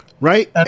Right